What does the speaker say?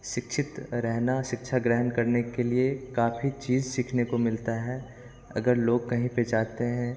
शिक्षित रहना शिक्षा ग्रहण करने के लिए काफ़ी चीज़ सीखने को मिलता है अगर लोग कहीं पे जाते हैं